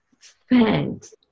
thanks